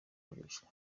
gukoreshwa